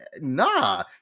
Nah